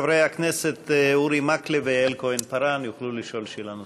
חברי הכנסת אורי מקלב ויעל כהן-פארן יוכלו לשאול שאלה נוספת.